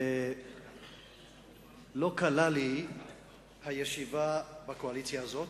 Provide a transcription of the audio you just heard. לא קלה לי הישיבה בקואליציה הזאת.